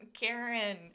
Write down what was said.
Karen